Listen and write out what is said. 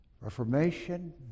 Reformation